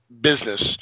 business